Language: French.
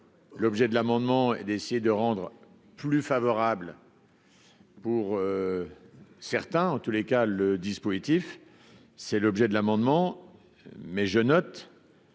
l'objet de l'amendement et d'essayer de rendre plus favorable. Pour certains, en tous les cas, le dispositif, c'est l'objet de l'amendement, mais je note.